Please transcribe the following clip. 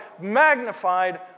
magnified